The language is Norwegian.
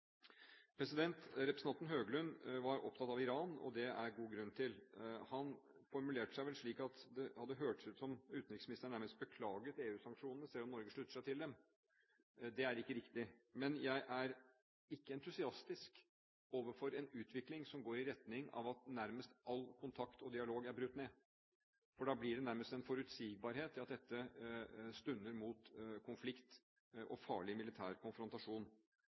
Representanten Høglund var opptatt av Iran, og det er det god grunn til. Han formulerte seg vel slik at det hørtes ut som om utenriksministeren nærmest beklaget EU-sanksjonene, selv om Norge slutter seg til dem. Det er ikke riktig. Men jeg er ikke entusiastisk overfor en utvikling som går i retning av at nærmest all kontakt og dialog er brutt ned, for da blir det nærmest en forutsigbarhet at dette stunder mot konflikt og farlig militær konfrontasjon.